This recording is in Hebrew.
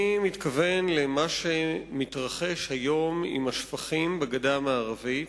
אני מתכוון למה שמתרחש היום עם השפכים בגדה המערבית